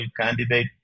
candidate